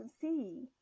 see